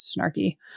snarky